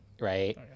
right